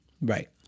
Right